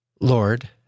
Lord